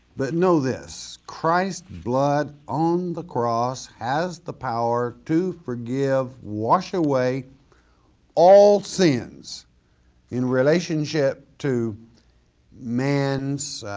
but know this, christ's blood on the cross has the power to forgive, wash away all sins in relationship to man's